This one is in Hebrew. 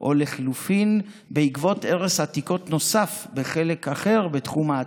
או לחלופין בעקבות הרס עתיקות נוסף בחלק אחר בתחום האתר.